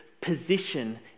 position